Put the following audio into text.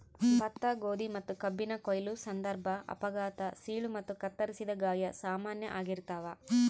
ಭತ್ತ ಗೋಧಿ ಮತ್ತುಕಬ್ಬಿನ ಕೊಯ್ಲು ಸಂದರ್ಭ ಅಪಘಾತ ಸೀಳು ಮತ್ತು ಕತ್ತರಿಸಿದ ಗಾಯ ಸಾಮಾನ್ಯ ಆಗಿರ್ತಾವ